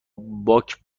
باک